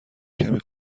کمی